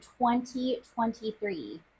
2023